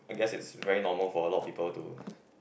I guess it's very normal for a lot of people to